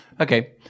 Okay